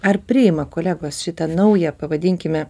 ar priima kolegos šitą naują pavadinkime